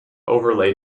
overlay